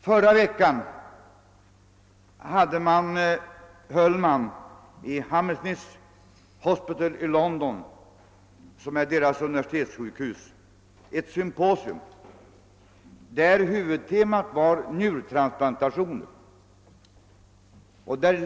Under förra veckan hölls på Hammersmith Hospital i London, som fungerar som universitetssjukhus, ett symposium där huvudtemat var njurtransplantationer.